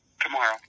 tomorrow